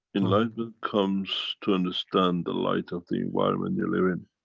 enlightenment comes to understand the light of the environment you live in.